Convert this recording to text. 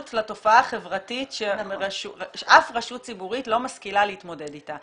לתופעה החברתית שאף רשות ציבורית לא משכילה להתמודד איתה.